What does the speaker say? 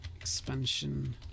expansion